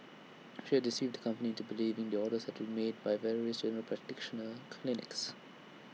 she had deceived the company into believing the orders had been made by various general practitioner clinics